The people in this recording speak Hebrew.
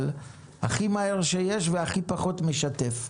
אבל הכי מהר שיש והכי פחות משתף.